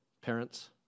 parents